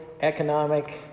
economic